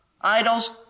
idols